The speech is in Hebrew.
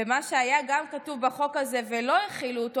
ומה שגם היה כתוב בחוק הזה ולא החילו אותו,